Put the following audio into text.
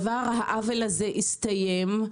העוול הזה הסתיים.